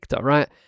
right